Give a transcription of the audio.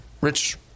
Rich